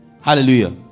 Hallelujah